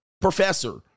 professor